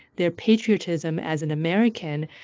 their patriotism as an american.